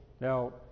now